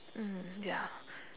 ya